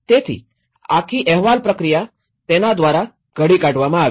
તેથી આ આખી અહેવાલ પ્રક્રિયા તેના દ્વારા ઘડી કાઢવામાં આવી